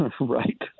Right